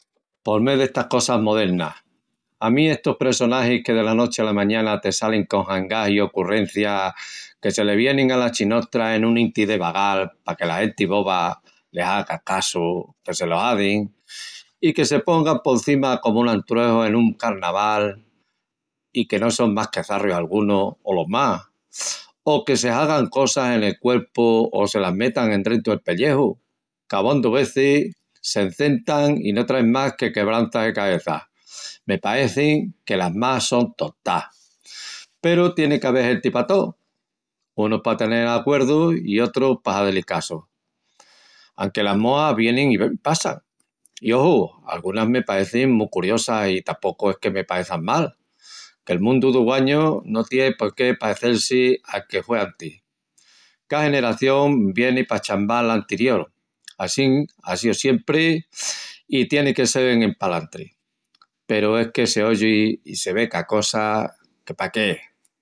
Pol mé d’estas cosas modelnas. A mí estus pressonagis que dela nochi ala mañana te salin con hangás i ocurrencias que se le vienin ala chinostra nun inti de vagal, paque la genti boba le hagan casu, que se lo hazin, i que se lo pongan polcima comu un antrueju nun carnaval, i que no son más que çarrius algunus, o los más; o que se hagan cosas nel cuelpu o se las metan endrentu del pelleju, que abondu vezis s’encentan i no train más que quebranças de caeças… me pacin que las más son tontás, peru tieni qu’avel genti pa tó, unus pa tenel l’acuerdu i otrus pa hazé-lis casu. Anque las moas vienin i passan i, oju! algunas me paecin mu curiosas i tapocu es que me paeçan mal, qu’el mundu d’uguañu no tié el porqué paecel-si al d’antis. Ca generación vieni pa chambal l’antiriol, assín á síu siempri i tieni que sel en palantri, peru es que s’oyi i se ve ca cosa… que pa qué.